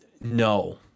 no